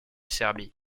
serbie